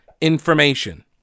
information